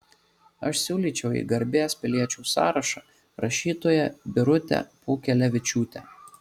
aš siūlyčiau į garbės piliečių sąrašą rašytoją birutę pūkelevičiūtę